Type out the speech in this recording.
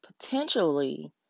potentially